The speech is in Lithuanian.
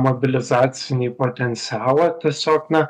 mobilizacinį potencialą tiesiog na